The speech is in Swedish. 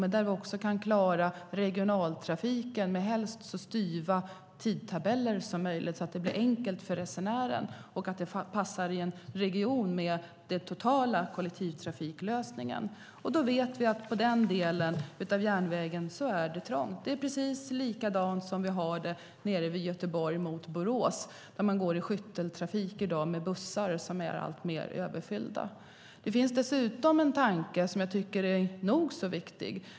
Men vi ska också klara regionaltrafiken, helst med så styva tidtabeller som möjligt, så att det blir enkelt för resenären och passar in i den totala kollektivtrafiklösningen i en region. Då vet vi att på den delen av järnvägen är det trångt. Det är precis likadant som vi har det nere mellan Göteborg och Borås, där man i dag kör i skytteltrafik med bussar som är alltmer överfyllda. Det finns dessutom en tanke som jag tycker är nog så viktig.